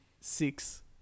six